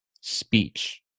speech